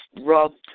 rubbed